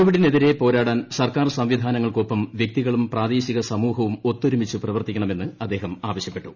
കോവിഡിനെതിരെ പോരാട്ടാൻ സർക്കാർ സംവിധാനങ്ങളോടൊപ്പം വൃക്തികളും പ്രാദ്ദേശിക്കു സമൂഹവും ഒത്തൊരുമിച്ച് പ്രവർത്തിക്കണമെന്ന് അദ്ദേഹം ആവശ്യപ്പെട്ടു